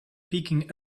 picking